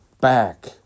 back